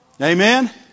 Amen